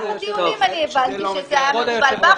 גם בדיונים אני הבנתי שזה היה מקובל.